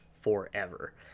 forever